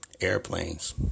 airplanes